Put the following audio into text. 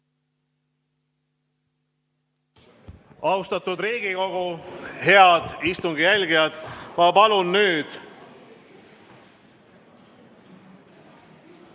Austatud Riigikogu, head istungi jälgijad! Ma palun nüüd